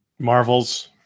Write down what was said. Marvels